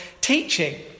teaching